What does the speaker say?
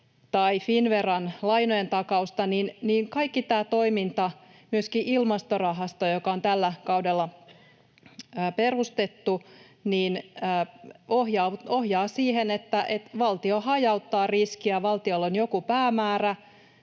tai Finnveran lainojentakausta, niin kaikki tämä toiminta — myöskin Ilmastorahasto, joka on tällä kaudella perustettu — ohjaa siihen, että valtio hajauttaa riskiä. Valtiolla on joku päämäärä